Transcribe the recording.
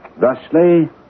thusly